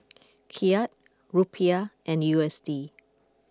Kyat Rupiah and U S D